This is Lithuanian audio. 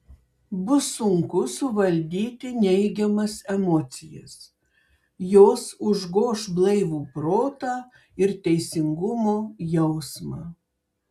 bus sunku suvaldyti neigiamas emocijas jos užgoš blaivų protą ir teisingumo jausmą